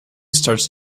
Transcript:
starts